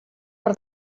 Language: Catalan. per